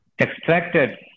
extracted